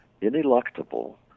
ineluctable